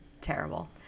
terrible